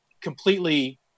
completely